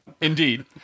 Indeed